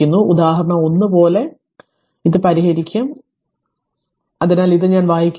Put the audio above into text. ഉദാഹരണം 1 പോലെ അതിനായി ഇത് പരിഹരിക്കും അതിനാൽ ഇത് അത് എല്ലാം വായിക്കുന്നില്ല